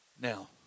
now